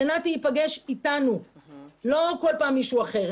שנתי ייפגש אתנו ולא כל פעם יבוא מישהו אחר.